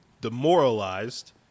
demoralized